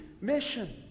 mission